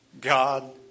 God